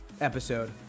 episode